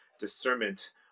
discernment